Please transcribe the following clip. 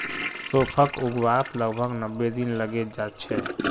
सौंफक उगवात लगभग नब्बे दिन लगे जाच्छे